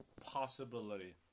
possibility